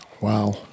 Wow